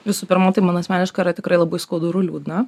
visų pirma tai man asmeniškai yra tikrai labai skaudu ir liūdna